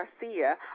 Garcia